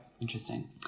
Interesting